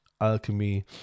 alchemy